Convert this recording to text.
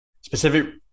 specific